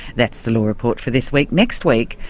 that's the law report for this week. next week,